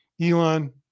elon